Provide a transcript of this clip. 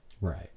Right